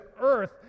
earth